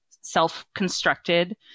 self-constructed